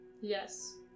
Yes